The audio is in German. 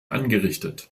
angerichtet